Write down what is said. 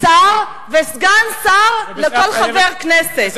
שר וסגן שר לכל חבר כנסת,